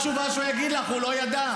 זו התשובה שהוא יגיד לך, הוא לא ידע.